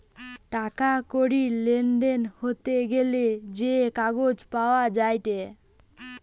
টাকা কড়ির লেনদেন হতে গ্যালে যে কাগজ পাওয়া যায়েটে